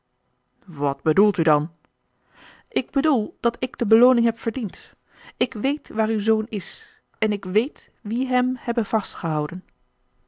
wat bedoelt u dan ik bedoel dat ik de belooning heb verdiend ik weet waar uw zoon is en ik weet wie hem hebben vastgehouden